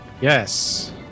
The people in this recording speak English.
Yes